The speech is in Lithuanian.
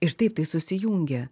ir taip tai susijungia